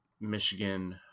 Michigan